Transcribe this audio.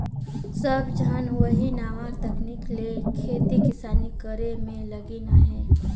सब झन ओही नावा तकनीक ले खेती किसानी करे में लगिन अहें